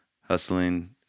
hustling